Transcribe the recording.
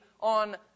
on